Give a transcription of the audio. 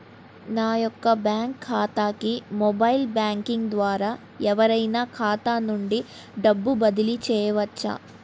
నా యొక్క బ్యాంక్ ఖాతాకి మొబైల్ బ్యాంకింగ్ ద్వారా ఎవరైనా ఖాతా నుండి డబ్బు బదిలీ చేయవచ్చా?